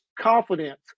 confidence